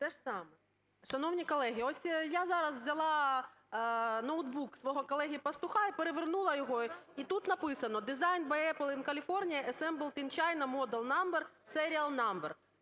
Т.Г. Шановні колеги, ось я зараз взяла ноутбук свого колеги Пастуха і перевернула його, і тут написано: "Designed by Apple in California assembled in China, model number, serial number".